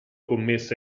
commessa